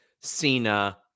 Cena